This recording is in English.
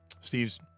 Steve's